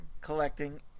Collecting